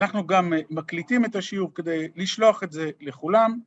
אנחנו גם מקליטים את השיעור כדי לשלוח את זה לכולם.